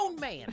man